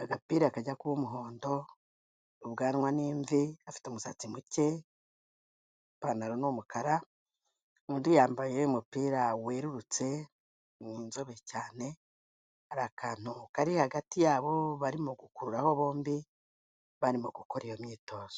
agapira kajya kuba umuhondo, ubwanwa n'imvi, afite umusatsi muke ipantaro umukara, undi yambaye umupira werurutse ni inzobe cyane, hari akantu kari hagati yabo barimo gukururaho bombi, barimo gukora iyo myitozo.